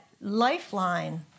lifeline